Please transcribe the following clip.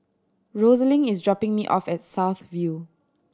Rosalyn is dropping me off at South View